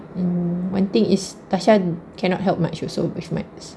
and one thing is tasha cannot help much also with maths